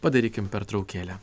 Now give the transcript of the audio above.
padarykim pertraukėlę